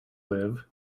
live